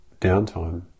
downtime